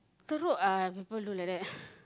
terok ah people do like that